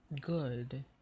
good